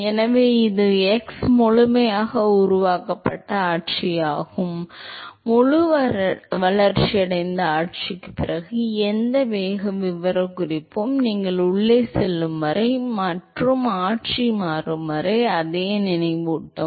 எனவே இது x முழுமையாக உருவாக்கப்பட்ட ஆட்சியாகும் முழு வளர்ச்சியடைந்த ஆட்சிக்குப் பிறகு எங்கும் வேக விவரக்குறிப்பு நீங்கள் உள்ளே செல்லும் வரை மற்றும் ஆட்சி மாறும் வரை அதையே நினைவூட்டும்